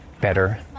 better